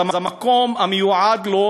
אז המקום שיועד לו